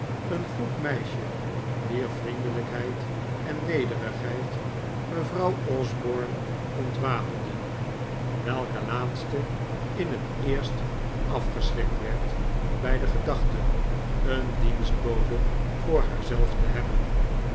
een goed meisje wier vriendelijkheid en nederigheid mevrouw osborne ontwapenden welke laatste in het eerst afgeschrikt werd bij de gedachte een dienstbode voor haarzelf te hebben